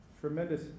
tremendous